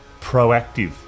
proactive